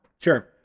Sure